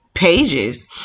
Pages